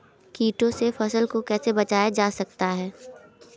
कीटों से फसल को कैसे बचाया जा सकता है?